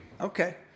Okay